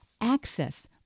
access